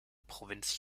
provinz